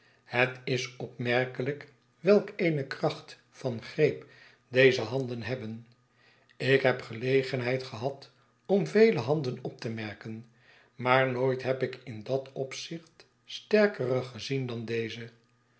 het is opmerkelijk welk eene kracht van greep deze handen hebben ik heb gelegenheid gehad om vele handen op te merken maar nooit heb ik in dat opzicht sterkere gezien dan deze